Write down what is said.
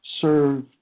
serve